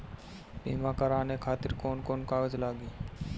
बीमा कराने खातिर कौन कौन कागज लागी?